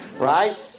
right